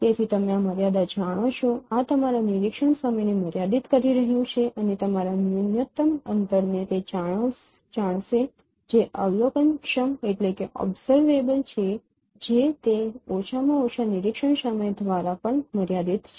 તેથી તમે આ મર્યાદાને જાણો છો આ તમારા નિરીક્ષણ સમયને મર્યાદિત કરી રહ્યું છે અને તમારા ન્યુનતમ અંતરને તે જાણશે જે અવલોકનક્ષમ છે જે તે ઓછામાં ઓછા નિરીક્ષણ સમય દ્વારા પણ મર્યાદિત છે